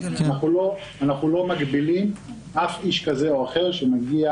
אנחנו לא מגבילים אף איש כזה או אחר שמגיע